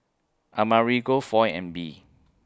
Amerigo Foy and Bee